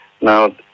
Now